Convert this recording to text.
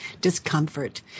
discomfort